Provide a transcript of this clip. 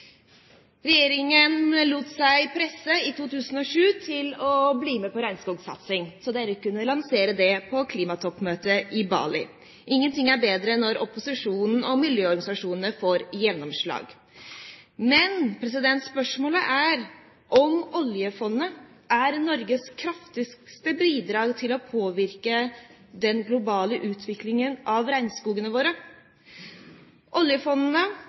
Regjeringen lot seg i 2007 presse til å bli med på regnskogsatsingen slik at en kunne lansere det på klimatoppmøtet i Bali. Ingenting er bedre enn når opposisjonen og miljøorganisasjonene får gjennomslag. Men spørsmålet er om oljefondet er Norges kraftigste bidrag til å påvirke den globale utviklingen av regnskogene våre.